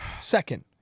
second